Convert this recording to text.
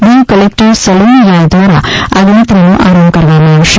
Diu collector Saloni Rai દ્વારા આ ગણતરીનો આરંભ કરાવવામાં આવશે